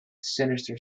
sinister